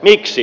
miksi